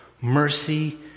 mercy